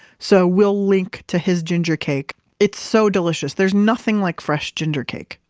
so we'll link to his ginger cake. it's so delicious. there's nothing like fresh ginger cake.